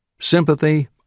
Sympathy